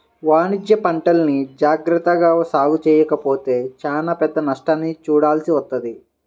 వాణిజ్యపంటల్ని జాగర్తగా సాగు చెయ్యకపోతే చానా పెద్ద నష్టాన్ని చూడాల్సి వత్తది